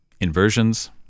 inversions